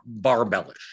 barbellish